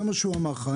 זה מה שהוא אמר לך.